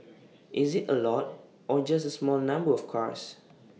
is IT A lot or just A small number of cars